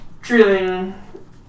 Drilling